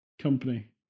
company